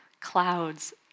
clouds